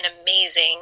amazing